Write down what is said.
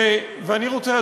ואני רוצה,